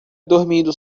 dormindo